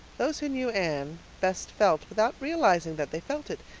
those who knew anne best felt, without realizing that they felt it,